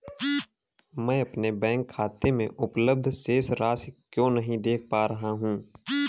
मैं अपने बैंक खाते में उपलब्ध शेष राशि क्यो नहीं देख पा रहा हूँ?